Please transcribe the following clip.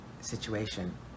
situation